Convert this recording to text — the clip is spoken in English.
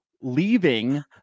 leaving